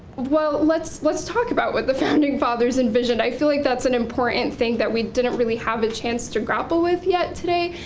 well, let's let's talk about what the founding fathers envisioned. i feel like that's an important thing that we didn't really have a chance to grapple with yet today,